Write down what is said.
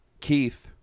Keith